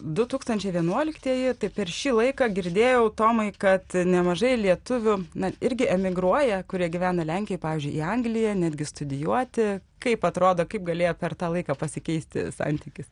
du tūkstančiai vienuoliktieji tai per šį laiką girdėjau tomai kad nemažai lietuvių na irgi emigruoja kurie gyvena lenkijoj pavyzdžiui į angliją netgi studijuoti kaip atrodo kaip galėjo per tą laiką pasikeisti santykis